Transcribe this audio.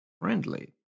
Friendly